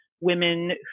women